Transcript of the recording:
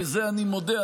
בזה אני מודה,